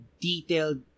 detailed